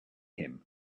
him